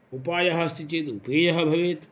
उपायः अस्ति चेद् उपेयः भवेत्